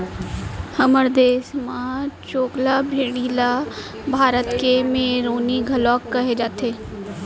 हमर देस म चोकला भेड़ी ल भारत के मेरीनो घलौक कहे जाथे